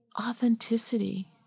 authenticity